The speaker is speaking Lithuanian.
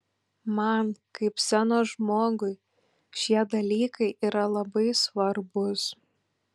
man kaip scenos žmogui šie dalykai yra labai svarbūs